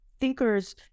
thinkers